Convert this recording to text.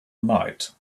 night